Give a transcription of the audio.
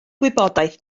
gwybodaeth